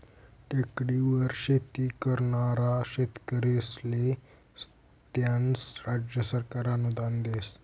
टेकडीवर शेती करनारा शेतकरीस्ले त्यास्नं राज्य सरकार अनुदान देस